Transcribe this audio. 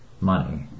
money